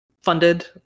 funded